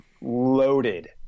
loaded